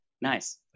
Nice